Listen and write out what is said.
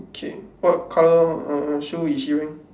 okay what colour err shoe is she wearing